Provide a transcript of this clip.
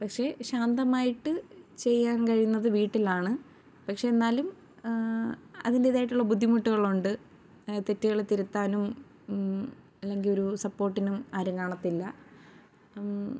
പക്ഷേ ശാന്തമായിട്ടു ചെയ്യാൻ കഴിയുന്നത് വീട്ടിലാണ് പക്ഷേ എന്നാലും അതിൻറ്റേതായിട്ടുള്ള ബുദ്ധിമുട്ടുകളുണ്ട് തെറ്റുകൾ തിരുത്താനും അല്ലെങ്കിൽ ഒരു സപ്പോർട്ടിനും ആരും കാണത്തില്ല